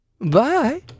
bye